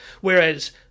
Whereas